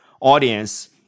audience